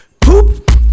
poop